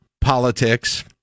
politics